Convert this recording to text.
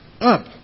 Up